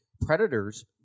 predators